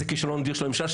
זה כישלון אדיר של הממשלה,